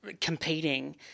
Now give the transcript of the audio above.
competing